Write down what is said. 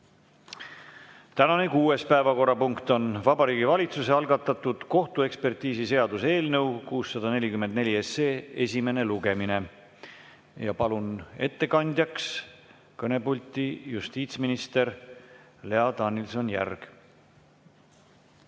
Tänane kuues päevakorrapunkt on Vabariigi Valitsuse algatatud kohtuekspertiisiseaduse eelnõu 644 esimene lugemine. Ja palun ettekandjaks kõnepulti justiitsminister Lea Danilson-Järgi.